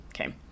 Okay